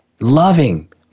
loving